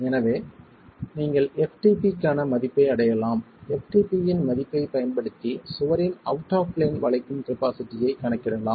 எனவே நீங்கள் ftp க்கான மதிப்பை அடையலாம் ftp இன் மதிப்பைப் பயன்படுத்தி சுவரின் அவுட் ஆஃப் பிளேன் வளைக்கும் கப்பாசிட்டியைக் கணக்கிடலாம்